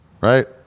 right